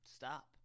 Stop